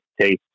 taste